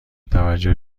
توجه